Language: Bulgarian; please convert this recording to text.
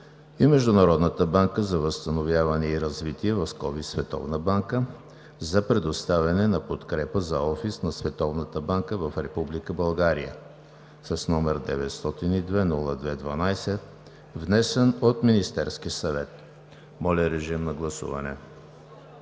и Международната банка за възстановяване и развитие (Световна банка) за предоставяне на подкрепа за офис на Световната банка в Република България, № 902-02-12, внесен от Министерския съвет. Гласували